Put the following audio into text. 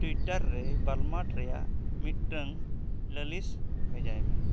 Twitter ᱨᱮ Walmart ᱨᱮᱱᱟᱜ ᱢᱤᱫᱴᱟᱝ ᱞᱟᱹᱞᱤᱥ ᱵᱷᱮᱡᱟᱭᱢᱮ